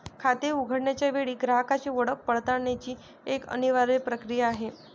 खाते उघडण्याच्या वेळी ग्राहकाची ओळख पडताळण्याची एक अनिवार्य प्रक्रिया आहे